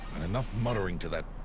and enough muttering to that.